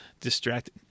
distracted